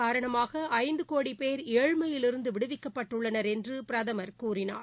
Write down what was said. காரணமாகஐந்துகோடிபேர் ஏழ்மையிலிருந்துவிடுவிக்கப்பட்டுள்ளனர் என்றுபிரதமர் கூறினார்